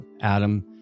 Adam